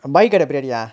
bhai கட:kada biryani யா:yaa